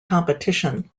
competition